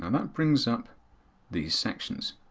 um that brings up these sections.